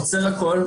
עוצר הכול,